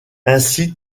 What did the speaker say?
ainsi